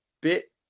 bit